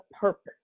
purpose